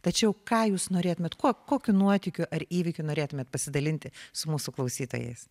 tačiau ką jūs norėtumėt kuo kokiu nuotykiu ar įvykiu norėtumėt pasidalinti su mūsų klausytojais